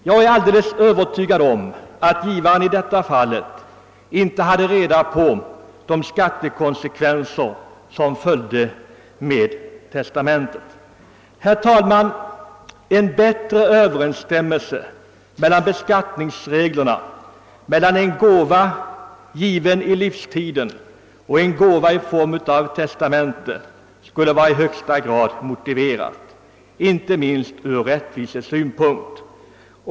Jag är alldeles övertygad om att givaren i detta fall inte hade reda på de skattekonsekvenser som följde med testamentet. Herr talman! En bättre överensstämmelse mellan beskattningsreglerna för gåvor, givna i livstiden, och gåvor enligt testamente skulle vara i högsta grad motiverad inte minst ur rättvisesynpunkt.